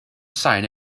sign